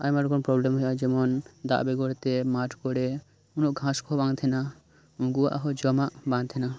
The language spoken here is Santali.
ᱟᱭᱢᱟ ᱨᱚᱠᱚᱢ ᱯᱨᱚᱵᱽᱞᱮᱢ ᱦᱳᱭᱳᱜᱼᱟ ᱡᱮᱢᱚᱱ ᱫᱟᱜ ᱵᱮᱜᱚᱨ ᱛᱮ ᱢᱟᱴᱷ ᱠᱚᱨᱮ ᱩᱱᱟᱹᱜ ᱜᱷᱟᱸᱥ ᱠᱚᱦᱚᱸ ᱵᱟᱝ ᱛᱟᱦᱮᱱᱟ ᱩᱱᱠᱩᱣᱟᱜ ᱦᱚᱸ ᱡᱚᱢᱟᱜ ᱵᱟᱝ ᱛᱟᱦᱮᱱᱟ